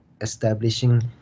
establishing